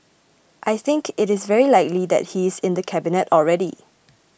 I think it is very likely that he is in the cabinet already